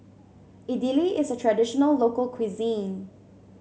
idili is a traditional local cuisine